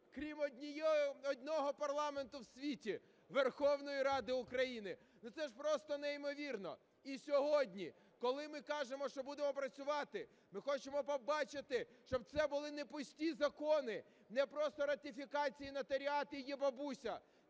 крім одного парламенту в світі: Верховної Ради України. Ну, це ж просто неймовірно! І сьогодні, коли ми кажемо, що будемо працювати, ми хочемо побачити, щоб це були не пусті закони, не просто ратифікації, нотаріат і "єБабуся".